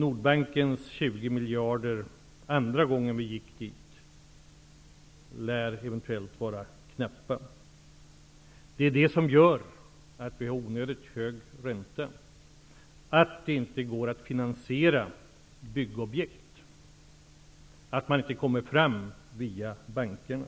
Nordbankens 20 miljarder -- det är andra gången regeringen nu gick in -- lär vara knappa. Detta gör att det blir onödigt hög ränta, att det inte går att finansiera byggobjekt och att man inte kommer fram via bankerna.